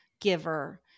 giver